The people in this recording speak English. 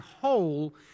whole